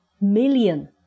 Million